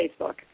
Facebook